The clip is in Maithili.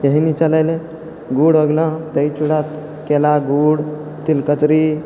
चीनी चललै गुड़ हो गेलौँ दही चूड़ा केला गुड़ तिल कजरी